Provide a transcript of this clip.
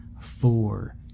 four